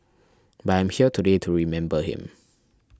but I'm here today to remember him